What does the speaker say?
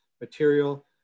material